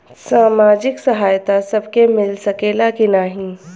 सामाजिक सहायता सबके मिल सकेला की नाहीं?